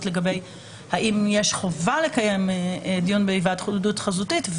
לגבי האם יש חובה לקיים דיון בהיוועדות חזותית.